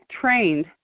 trained